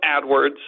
AdWords